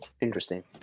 Interesting